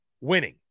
winning